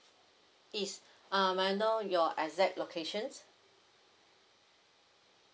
east uh may I know your exact locations